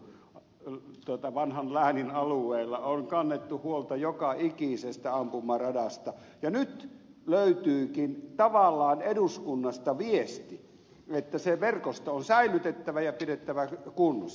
meidän perälläkin tuolla vanhan oulun läänin alueella on kannettu huolta joka ikisestä ampumaradasta ja nyt löytyykin tavallaan eduskunnasta viesti että se verkosto on säilytettävä ja pidettävä kunnossa